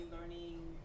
learning